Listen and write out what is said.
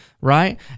right